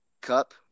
cup